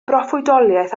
broffwydoliaeth